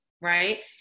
right